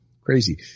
Crazy